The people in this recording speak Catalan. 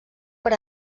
per